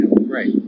right